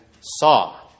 saw